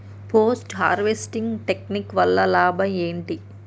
Post harvesting technique వల్ల లాభం ఏంటి?